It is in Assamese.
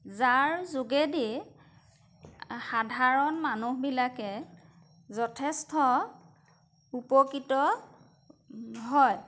যাৰ যোগেদি সাধাৰণ মানুহবিলাকে যথেষ্ট উপকৃত হয়